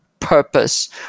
purpose